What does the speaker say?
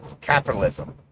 capitalism